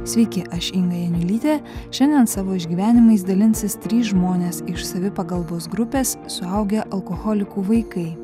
sveiki aš inga janiulytė šiandien savo išgyvenimais dalinsis trys žmonės iš savipagalbos grupės suaugę alkoholikų vaikai